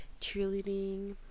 cheerleading